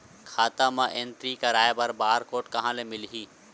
खाता म एंट्री कराय बर बार कोड कहां ले मिलही?